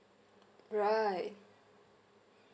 right